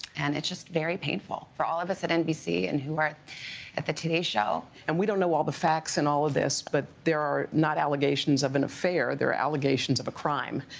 and it's just very painful for all of us at nbc, and who are at the today show. and, we don't know all the facts, and all of this, but, they are not allegations of an affair, they're allegations of a crime.